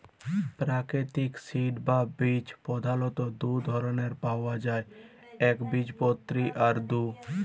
পেরাকিতিক সিড বা বীজ পধালত দু ধরলের পাউয়া যায় একবীজপত্রী আর দু